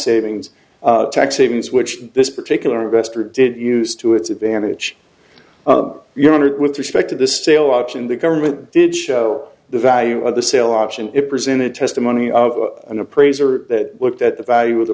savings tax savings which this particular investor did used to its advantage your honored with respect to the sale option the government did show the value of the sale option it presented testimony of an appraiser that looked at the value of the